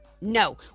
No